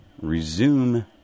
resume